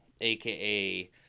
aka